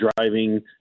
driving